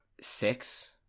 six